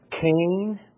Cain